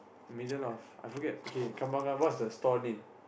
the middle of I forget okay Kembangan what's the store name